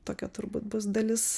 tokia turbūt bus dalis